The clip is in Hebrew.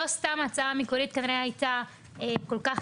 לא סתם ההצעה המקורית הייתה כל כך